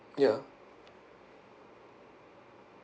ya